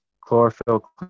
chlorophyll